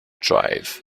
drive